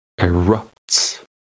erupts